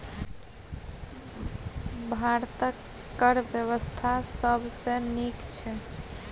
भारतक कर बेबस्था सबसँ नीक छै